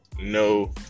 no